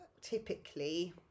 typically